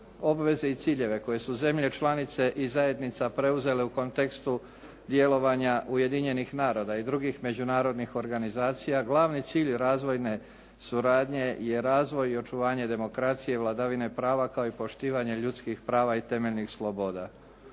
obaveze i ciljeve koje su zemlje članice i zajednica preuzele u kontekstu djelovanja Ujedinjenih naroda i drugih međunarodnih organizacija glavni cilj razvojne suradnje je razvoj i očuvanje demokracije i vladavine prava kao i poštivanje ljudskih prava i temeljnih sloboda.